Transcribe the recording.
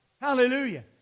Hallelujah